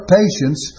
patience